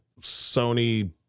Sony